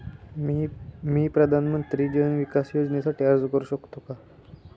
मी प्रधानमंत्री जन विकास योजनेसाठी अर्ज करू शकतो का?